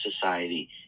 society